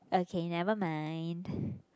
okay never mind